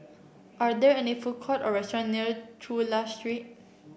are there any food court or restaurant near Chulia Street